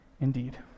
indeed